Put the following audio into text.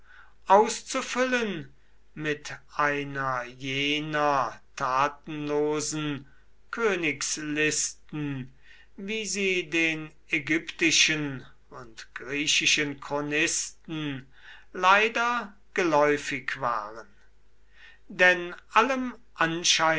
auszufüllen mit einer jener tatenlosen königslisten wie sie den ägyptischen und griechischen chronisten leider geläufig waren denn allem